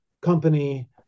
company